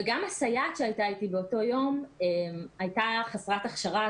וגם הסייעת שהייתה איתי באותו יום הייתה חסרת הכשרה.